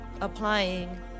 applying